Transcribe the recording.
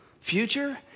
future